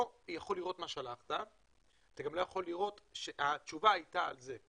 יכול לראות מה שלחת ואתה גם לא יכול לראות שהתשובה שהתקבלה הייתה על זה,